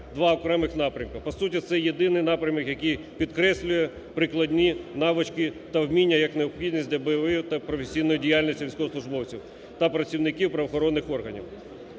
два окремих напрямки, по суті, це єдиний напрямок, який підкреслює прикладні навички та вміння як необхідність для бойової та професійної діяльності військовослужбовців та працівників правоохоронних органів.